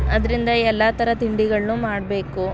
ಆದ್ದರಿಂದ ಎಲ್ಲ ಥರ ತಿಂಡಿಗಳನ್ನು ಮಾಡಬೇಕು